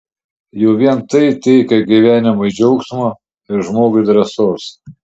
jau vien tai teikia gyvenimui džiaugsmo ir žmogui drąsos